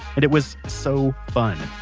and it was so fun.